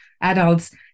adults